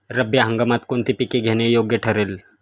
रब्बी हंगामात कोणती पिके घेणे योग्य ठरेल?